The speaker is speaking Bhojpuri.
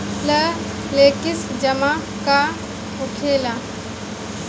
फ्लेक्सि जमा का होखेला?